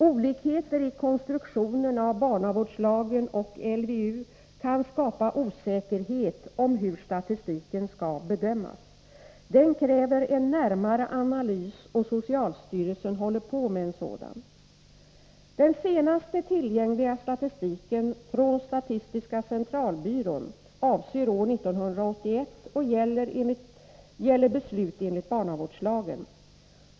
Olikheter i konstruktionen av barnavårdslagen och LVU kan skapa osäkerhet om hur statistiken skall bedömas. Den kräver en närmare analys, och socialstyrelsen håller på med en sådan. 81 Den senaste tillgängliga statistiken från statistiska centralbyrån avser år 1981 och gäller beslut enligt barnavårdslagen.